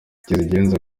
kizigenza